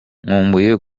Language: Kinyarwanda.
nkumbuye